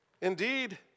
Indeed